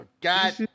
God